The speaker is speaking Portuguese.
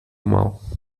mal